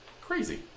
Crazy